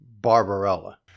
Barbarella